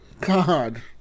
God